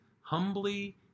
Humbly